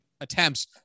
attempts